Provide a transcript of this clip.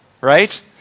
right